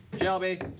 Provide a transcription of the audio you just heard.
Shelby